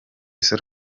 sol